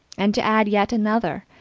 and to add yet another,